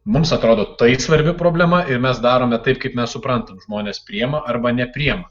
mums atrodo tai svarbi problema ir mes darome taip kaip mes suprantam žmonės priima arba nepriima